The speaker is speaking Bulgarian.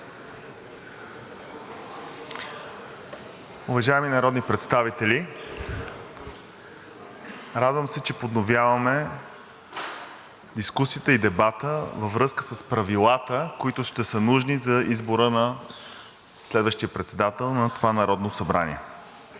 Уважаеми народни представители, радвам се, че подновяваме дискусията и дебата във връзка с правилата, които ще са нужни за избора на следващия председател на това Народно събрание.